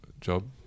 job